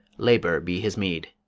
labour be his meed!